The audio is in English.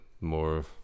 more